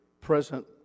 present